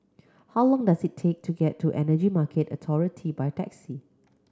how long does it take to get to Energy Market Authority by taxi